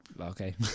okay